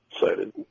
cited